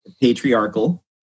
patriarchal